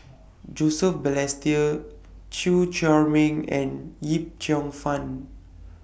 Joseph Balestier Chew Chor Meng and Yip Cheong Fun